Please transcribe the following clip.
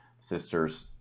sisters